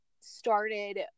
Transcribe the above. started